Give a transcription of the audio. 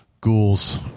ghouls